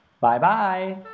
Bye-bye